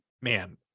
man